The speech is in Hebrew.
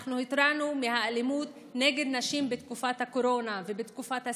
אנחנו התרענו על האלימות נגד נשים בתקופת הקורונה ובתקופת הסגר,